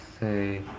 say